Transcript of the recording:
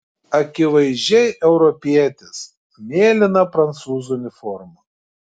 akivaizdžiai europietis mėlyna prancūzų uniforma